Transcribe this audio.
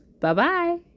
Bye-bye